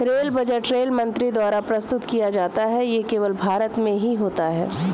rail budget rail मंत्री द्वारा प्रस्तुत किया जाता है ये केवल भारत में ही होता है